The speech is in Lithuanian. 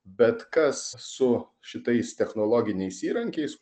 bet kas su šitais technologiniais įrankiais